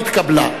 לא נתקבלה.